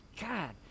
God